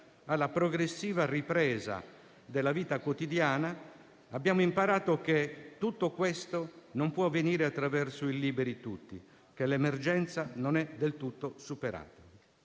alla progressiva ripresa della vita quotidiana. Abbiamo imparato che tutto questo non può avvenire attraverso il liberi tutti e che l'emergenza non è del tutto superata.